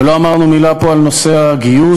ולא אמרנו מילה פה על נושא הגיוס.